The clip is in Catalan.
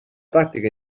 pràctica